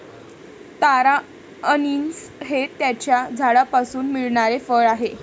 तारा अंनिस हे त्याच्या झाडापासून मिळणारे फळ आहे